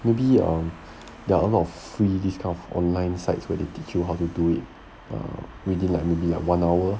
maybe um there are a lot of free this kind of online sites where they teach you how to do it within like maybe like one hour